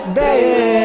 baby